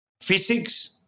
physics